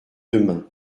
demain